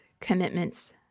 commitments